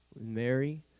Mary